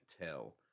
tell